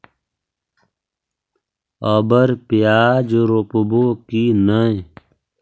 अबर प्याज रोप्बो की नय?